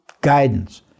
guidance